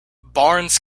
barnes